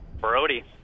Brody